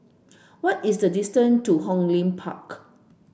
what is the distance to Hong Lim Park